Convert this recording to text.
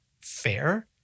fair